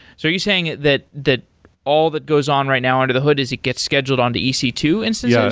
so you saying that that all that goes on right now under the hood is gets scheduled on to e c two instances? yeah.